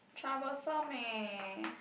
troublesome meh